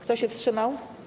Kto się wstrzymał?